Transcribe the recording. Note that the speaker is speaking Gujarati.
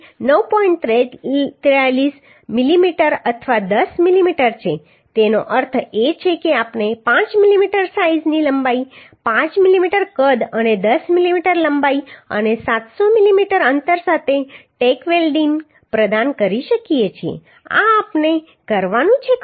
43 mm અથવા 10 mm છે તેનો અર્થ એ છે કે આપણે 5 mm સાઈઝની લંબાઈ 5 mm કદ અને 10 mm લંબાઈ અને 700 mm અંતર સાથે ટેક વેલ્ડીંગ પ્રદાન કરી શકીએ છીએ આ આપણે કરવાનું છે ખરું